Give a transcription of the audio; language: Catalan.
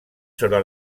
sobre